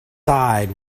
side